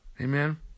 Amen